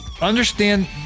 understand